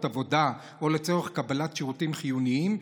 עבודה או לצורך קבלת שירותים חיוניים,